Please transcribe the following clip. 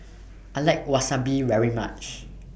I like Wasabi very much